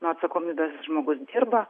nuo atsakomybės žmogus dirba